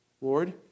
Lord